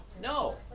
No